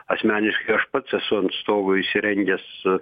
asmeniškai aš pats esu ant stogo įsirengęs su